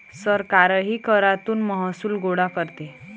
सरकारही करातून महसूल गोळा करते